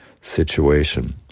situation